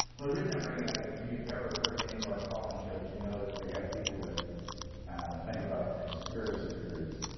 well the reason i bring it up if you ever heard any of our call-in shows, you know that we have people that think about the conspiracy theories.